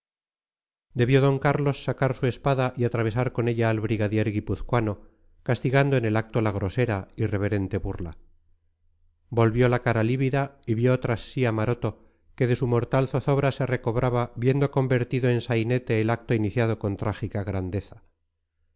debió d carlos sacar su espada y atravesar con ella al brigadier guipuzcoano castigando en el acto la grosera irreverente burla volvió la cara lívida y vio tras sí a maroto que de su mortal zozobra se recobraba viendo convertido en sainete el acto iniciado con trágica grandeza